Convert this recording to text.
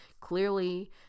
Clearly